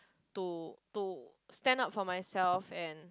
to to stand up for myself and